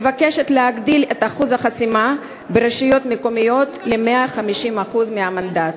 מבקשת להגדיל את אחוז החסימה ברשויות מקומיות ל-150% המנדט.